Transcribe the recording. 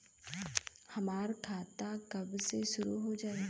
हमार खाता कब से शूरू हो जाई?